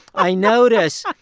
i notice